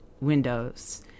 windows